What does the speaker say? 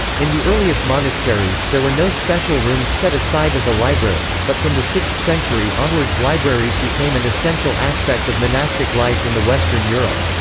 in the earliest monasteries, there were no special rooms set aside as a library, but from the sixth century onwards libraries became an essential aspect of monastic life in the western europe.